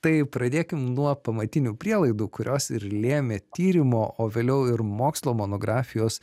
tai pradėkim nuo pamatinių prielaidų kurios ir lėmė tyrimo o vėliau ir mokslo monografijos